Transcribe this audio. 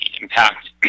impact